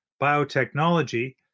biotechnology